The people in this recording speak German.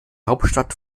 hauptstadt